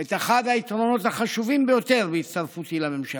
את אחד היתרונות החשובים ביותר בהצטרפותי לממשלה.